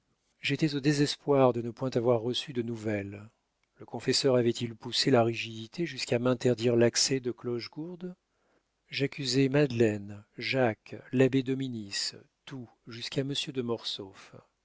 j'étais au désespoir de ne point avoir reçu de nouvelles le confesseur avait-il poussé la rigidité jusqu'à m'interdire l'accès de clochegourde j'accusais madeleine jacques l'abbé dominis tout jusqu'à monsieur de